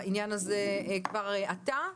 בעניין הזה כבר עתה?